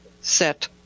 set